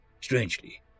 Strangely